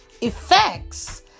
effects